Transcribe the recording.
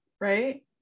right